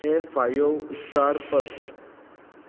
हें five star पद